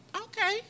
okay